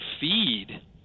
feed